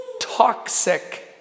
Toxic